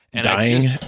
Dying